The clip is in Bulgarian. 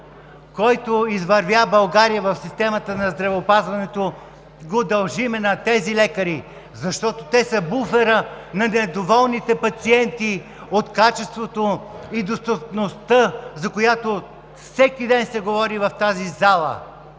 който извървя България в системата на здравеопазването, го дължим на тези лекари. Те са буфера на недоволните пациенти от качеството и достъпността, за които се говори всеки ден в тази зала